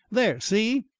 there, see!